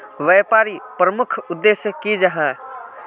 व्यापारी प्रमुख उद्देश्य की जाहा?